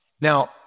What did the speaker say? Now